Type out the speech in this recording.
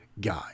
guy